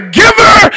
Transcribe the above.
giver